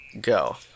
go